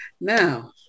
now